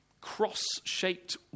cross-shaped